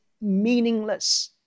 meaningless